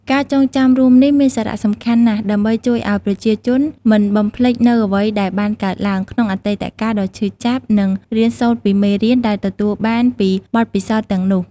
ការចងចាំរួមនេះមានសារៈសំខាន់ណាស់ ដើម្បីជួយឲ្យប្រជាជន មិនបំភ្លេចនូវអ្វីដែលបានកើតឡើង ក្នុងអតីតកាលដ៏ឈឺចាប់ និង រៀនសូត្រពីមេរៀន ដែលទទួលបានពីបទពិសោធន៍ទាំងនោះ។